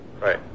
Right